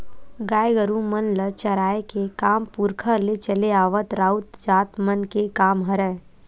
गाय गरु मन ल चराए के काम पुरखा ले चले आवत राउत जात मन के काम हरय